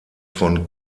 von